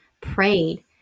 prayed